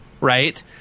right